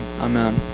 Amen